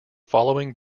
following